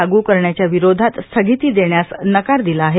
लागू करण्याच्या विरोधात स्थगिती देण्यास नकार दिला आहे